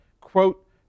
quote